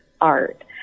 art